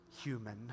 human